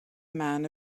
man